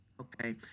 okay